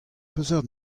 peseurt